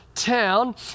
town